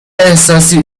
احساسی